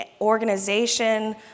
organization